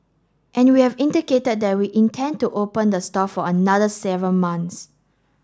and we have indicated that we intend to open the store for another seven months